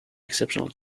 exceptional